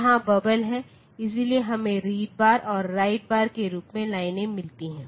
यहां बबल हैं इसलिए हमें रीड बार और राइट बार के रूप में लाइनें मिलती हैं